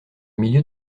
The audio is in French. milieu